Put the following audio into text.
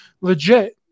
legit